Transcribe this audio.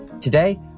Today